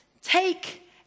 take